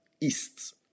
east